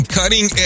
cutting